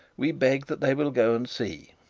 we beg that they will go and see.